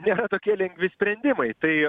nėra tokie lengvi sprendimai tai